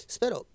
Spero